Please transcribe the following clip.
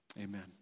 Amen